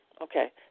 Okay